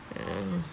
mm